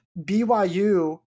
BYU